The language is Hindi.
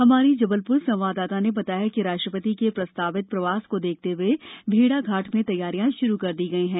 हमारी जबलप्र संवाददाता ने बताया कि राष्ट्रपति के प्रस्तावित प्रवास को देखते हुए भेड़ाघाट में तैयारियां शुरू कर दी गई हैं